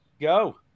Go